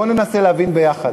בוא ננסה להבין יחד.